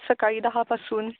सकाळी दहापासून